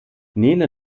nele